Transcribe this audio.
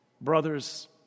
brothers